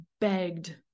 begged